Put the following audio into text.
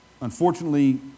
unfortunately